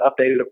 updated